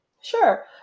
Sure